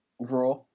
Raw